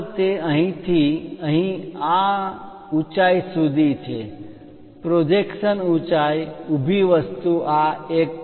આગળ એક અહીં થી અહીં આ ઊંચાઈ સુધી છે પ્રોજેક્શન ઊંચાઈ ઊભી વસ્તુ આ 1